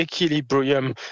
equilibrium